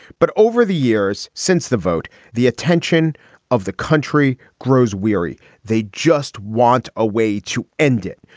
but over the years since the vote, the attention of the country grows weary. they just want a way to end it.